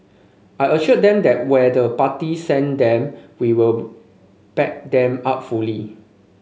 I assured them that where the party send them we will back them up fully